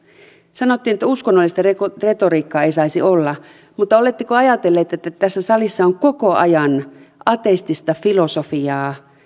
sanottiin että uskonnollista retoriikkaa ei saisi olla mutta oletteko ajatelleet että tässä salissa on koko ajan ateistista filosofiaa